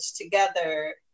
together